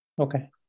Okay